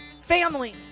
Family